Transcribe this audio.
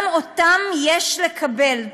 גם אותם יש לקבל.